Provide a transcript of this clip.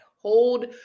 Hold